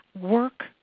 work